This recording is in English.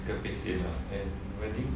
and wedding